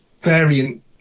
variant